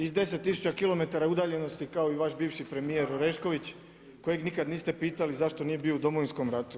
Iz 10000 kilometara udaljenosti kao i vaš bivši premijer Orešković kojeg nikad niste pitali zašto nije bio u Domovinskom ratu.